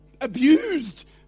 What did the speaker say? abused